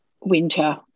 winter